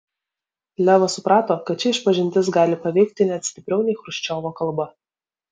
levas suprato kad ši išpažintis gali paveikti net stipriau nei chruščiovo kalba